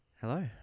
Hello